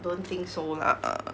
don't think so lah